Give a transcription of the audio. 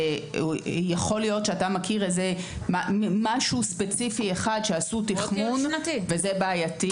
יכול להיות שאתה מכיר משהו ספציפי אחד שעשו תיחמון וזה בעייתי